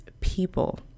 people